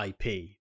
IP